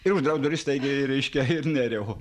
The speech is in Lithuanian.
ir uždariau duris staigiai reiškia ir nėriau